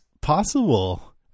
possible